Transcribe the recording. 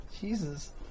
Jesus